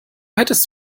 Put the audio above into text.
hättest